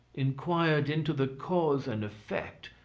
inquired into the cause and effect,